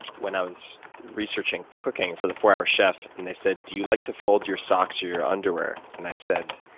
when i was researching cooking for the four hour chef. and they said, do you like to fold your socks or underwear? and i said,